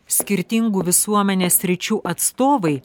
skirtingų visuomenės sričių atstovai